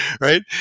Right